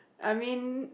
I mean